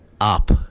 up